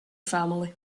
family